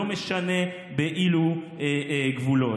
ולא משנה באילו גבולות.